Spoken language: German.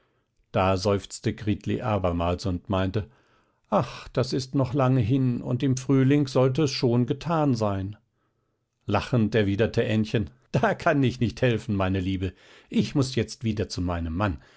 da seufzte gritli abermals und meinte ach das ist noch lange hin und im frühling sollte es schon getan sein lachend erwiderte ännchen da kann ich nicht helfen meine liebe ich muß jetzt wieder zu meinem mann